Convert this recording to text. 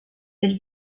del